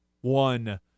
one